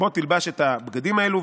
בוא תלבש את הבגדים האלה,